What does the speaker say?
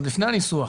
עוד לפני הניסוח,